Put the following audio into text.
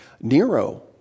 Nero